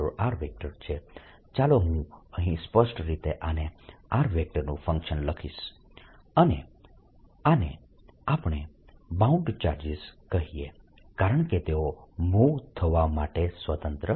P છે ચાલો હું અહીં સ્પષ્ટ રીતે આને r નું ફંકશન લખીશ અને આને આપણે બાઉન્ડ ચાર્જીસ કહીએ કારણકે તેઓ મૂવ થવા માટે સ્વતંત્ર નથી